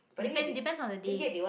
depend depends on the day